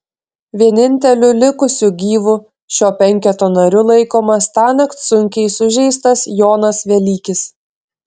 vieninteliu likusiu gyvu šio penketo nariu laikomas tąnakt sunkiai sužeistas jonas velykis